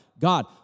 God